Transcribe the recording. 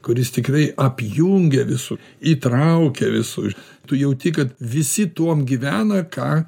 kuris tikrai apjungia visus įtraukia visus tu jauti kad visi tuom gyvena ką